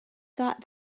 thought